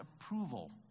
approval